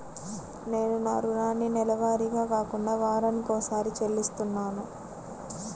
నేను నా రుణాన్ని నెలవారీగా కాకుండా వారానికోసారి చెల్లిస్తున్నాను